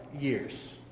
years